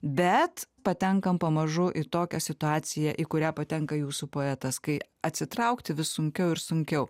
bet patenkam pamažu į tokią situaciją į kurią patenka jūsų poetas kai atsitraukti vis sunkiau ir sunkiau